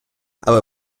але